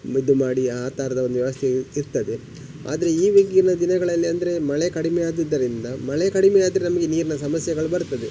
ಮುದ್ದು ಮಾಡಿ ಆ ಥರದ ಒಂದು ವ್ಯವಸ್ಥೆಯು ಇರ್ತದೆ ಆದರೆ ಇವಾಗಿನ ದಿನಗಳಲ್ಲಿ ಅಂದರೆ ಮಳೆ ಕಡಿಮೆ ಆದುದರಿಂದ ಮಳೆ ಕಡಿಮೆ ಆದರೆ ನಮಗೆ ನೀರಿನ ಸಮಸ್ಯೆಗಳು ಬರ್ತದೆ